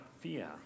fear